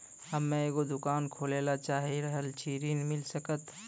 हम्मे एगो दुकान खोले ला चाही रहल छी ऋण मिल सकत?